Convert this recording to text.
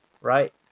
right